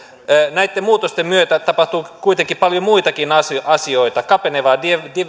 näitten muutosten myötä tapahtuu kuitenkin paljon muitakin asioita asioita kapenevaa